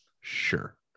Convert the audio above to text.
Sure